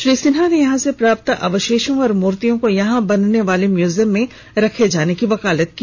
श्री सिन्हा ने यहां से प्राप्त अवशेषों व मूर्तियों को यहां बनने वाले म्यूजियम में रखे जाने की वकालत की